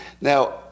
Now